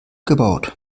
gebaut